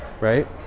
right